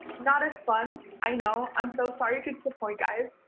not as fun. i know, i'm so sorry to disappoint guys!